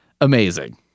Amazing